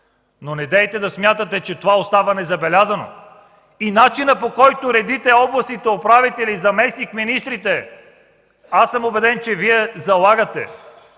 Но недейте да смятате, че остава незабелязано. И с начина, по който Вие редите областните управители и заместник-министрите, аз съм убеден, че Вие залагате